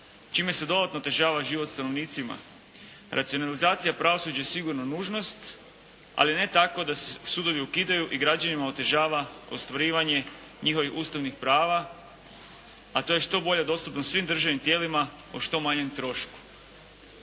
čime se dodatno otežava život stanovnicima. Racionalizacija pravosuđa je sigurno nužnost ali ne tako da se sudovi ukidaju i građanima otežava ostvarivanje njihovih ustavnih prava a to je što bolja dostupnost svim državnim tijelima o što manjem trošku.